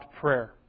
prayer